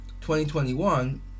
2021